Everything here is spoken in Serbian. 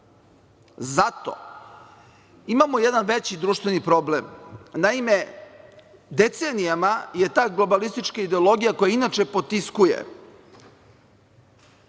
Zato. Imamo jedan veći društveni problem. Naime, decenijama je ta globalistička ideologija, koja inače potiskuje